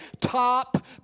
top